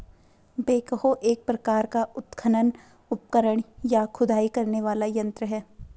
backhoe एक प्रकार का उत्खनन उपकरण, या खुदाई करने वाला यंत्र है